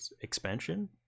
expansion